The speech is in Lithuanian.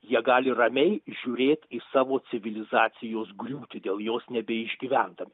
jie gali ramiai žiūrėt į savo civilizacijos griūtį dėl jos nebeišgyvendami